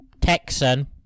Texan